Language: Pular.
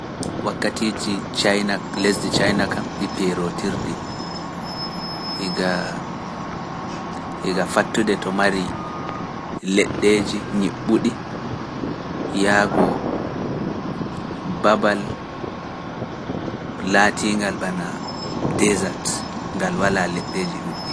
Wakkatiiji lesdi ceynakam ɗi pierotirɗi, higaa fattude to mari leɗɗeeji ñeɓɓuɗi, yaagu babal laatingal bana desat ngal walaa leɗɗeeji ɗuuɗɗi.